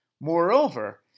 Moreover